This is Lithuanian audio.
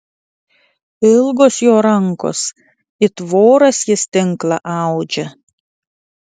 ilgos jo rankos it voras jis tinklą audžia